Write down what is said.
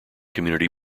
community